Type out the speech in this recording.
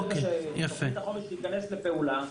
ברגע שתוכנית החומש תיכנס לפעולה,